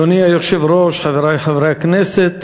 אדוני היושב-ראש, חברי חברי הכנסת,